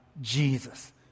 Jesus